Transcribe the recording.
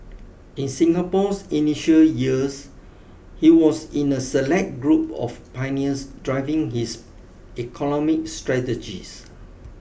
in Singapore's initial years he was in a select group of pioneers driving his economic strategies